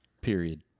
Period